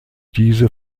diese